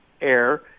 air